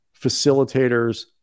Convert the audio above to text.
facilitators